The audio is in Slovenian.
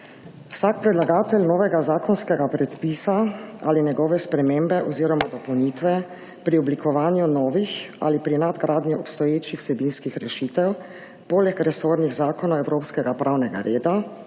Vsak predlagatelj novega zakonskega predpisa ali njegove spremembe oziroma dopolnitve pri oblikovanju novih ali pri nadgradnji obstoječih vsebinskih rešitev, poleg resornih zakonov evropskega pravnega reda,